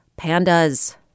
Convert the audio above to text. pandas